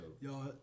Y'all